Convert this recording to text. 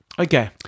okay